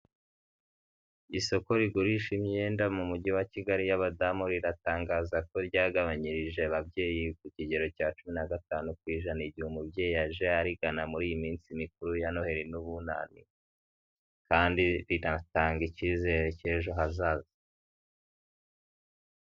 Isoko rigurisha imyenda mu mujyi wa kigali y'abadamu riratangaza ko ryagabanyirije ababyeyi ku kigero cya cumi na gatanu ku ijana igihe umubyeyi aje arigana muri iyi minsi mikuru ya noheli n'ubunani kandi rinatanga icyizere cy'ejo hazaza.